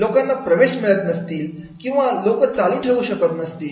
लोकांना प्रवेश मिळत नसतील किंवा लोकं चालू ठेवू शकत नसतील